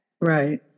Right